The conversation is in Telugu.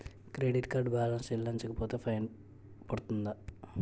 క్రెడిట్ కార్డ్ బాలన్స్ చెల్లించకపోతే ఫైన్ పడ్తుంద?